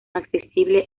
accesible